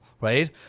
right